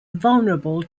vulnerable